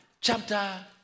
chapter